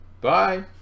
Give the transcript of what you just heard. bye